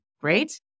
great